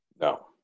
No